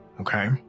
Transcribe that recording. okay